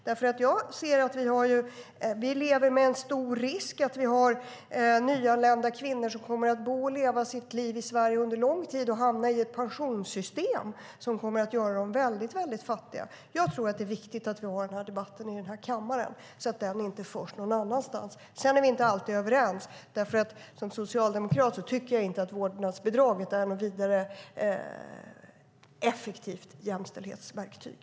Det är en stor risk att vi har nyanlända kvinnor som kommer att bo och leva i Sverige under lång tid och hamna i ett pensionssystem som gör dem väldigt fattiga. Jag tror att det är viktigt att vi har den här debatten här i kammaren så att den inte förs någon annanstans. Vi är inte alltid överens. Som socialdemokrat tycker jag inte att vårdnadsbidraget är något särskilt effektivt jämställdhetsverktyg.